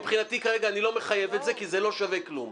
מבחינתי כרגע אני לא מחייב את זה כי זה לא שווה כלום.